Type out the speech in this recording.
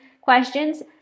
questions